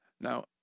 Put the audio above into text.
Now